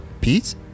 Pete